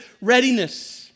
readiness